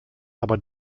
aber